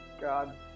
God